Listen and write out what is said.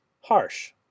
Harsh